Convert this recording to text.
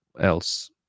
else